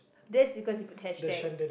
that's because you put hashtag